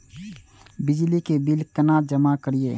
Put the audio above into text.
बिजली के बिल केना जमा करिए?